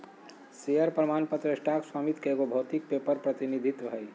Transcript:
share प्रमाण पत्र stock स्वामित्व के एगो भौतिक पेपर प्रतिनिधित्व हइ